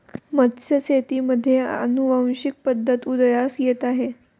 मत्स्यशेतीमध्ये अनुवांशिक पद्धत उदयास येत आहे